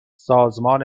سازمان